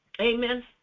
Amen